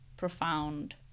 Profound